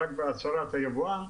רק בהצהרת היבואן,